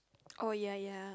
oh ya ya